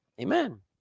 Amen